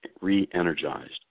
re-energized